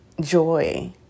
joy